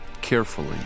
Carefully